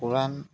কোৰাণ